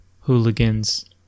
hooligans